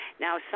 Now